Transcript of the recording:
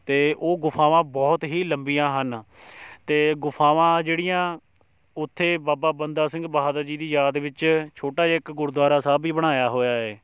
ਅਤੇ ਉਹ ਗੁਫਾਵਾਂ ਬਹੁਤ ਹੀ ਲੰਬੀਆਂ ਹਨ ਅਤੇ ਗੁਫਾਵਾਂ ਜਿਹੜੀਆਂ ਉੱਥੇ ਬਾਬਾ ਬੰਦਾ ਸਿੰਘ ਬਹਾਦਰ ਜੀ ਦੀ ਯਾਦ ਵਿੱਚ ਛੋਟਾ ਜਿਹਾ ਇੱਕ ਗੁਰਦੁਆਰਾ ਸਾਹਿਬ ਵੀ ਬਣਾਇਆ ਹੋਇਆ ਏ